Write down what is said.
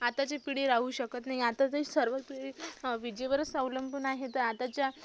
आताची पिढी राहू शकत नाही आताची सर्व पिढी विजेवरच अवलंबून आहे तर आताच्या